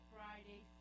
Friday